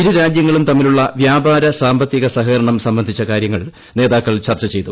ഇരു രാജ്യങ്ങളും തമ്മിലുള്ള വൃാപാര സാമ്പത്തിക സഹകരണം സംബന്ധിച്ച കാര്യങ്ങൾ നേതാക്കൾ ചർച്ച ചെയ്തു